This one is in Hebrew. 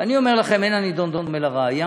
ואני אומר לכם, אין הנידון דומה לראיה.